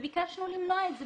וביקשנו למנוע את זה,